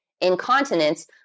incontinence